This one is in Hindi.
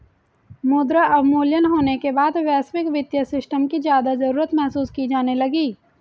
मुद्रा अवमूल्यन होने के बाद वैश्विक वित्तीय सिस्टम की ज्यादा जरूरत महसूस की जाने लगी